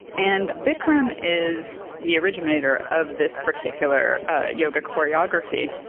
and bikram is the originator of this particular yoga choreography.